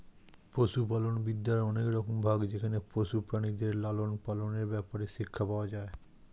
পশুপালন বিদ্যার অনেক রকম ভাগ যেখানে পশু প্রাণীদের লালন পালনের ব্যাপারে শিক্ষা পাওয়া যায়